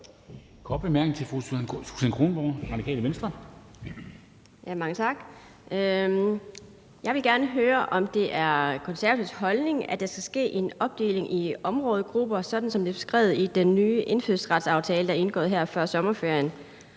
Jeg vil gerne høre, om det er Konservatives holdning, at der skal ske en opdeling i områdegrupper, sådan som det er beskrevet i den nye indfødsretsaftale, der er indgået her før sommerferien,